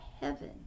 heaven